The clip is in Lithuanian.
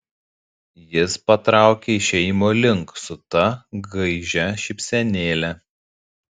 jis patraukė išėjimo link su ta gaižia šypsenėle